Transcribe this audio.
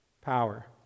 power